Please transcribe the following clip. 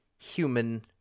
human